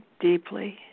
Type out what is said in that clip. deeply